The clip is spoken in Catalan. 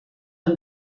amb